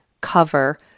cover